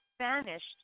vanished